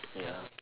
ya